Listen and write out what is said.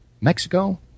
Mexico